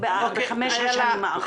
זה אולי חמישה מקרים בחמש השנים האחרונות.